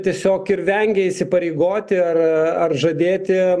tiesiog ir vengia įsipareigoti ar ar žadėti